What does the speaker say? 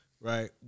right